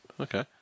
Okay